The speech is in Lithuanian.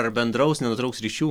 ar bendraus nenutrauks ryšių